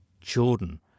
Jordan